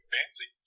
fancy